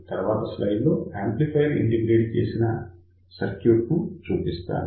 తరువాతి స్లైడ్ లో amplifier integrate చేసిన సర్క్యూట్ చూపిస్తాను